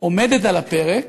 עומדת על הפרק,